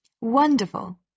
Wonderful